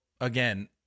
again